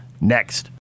next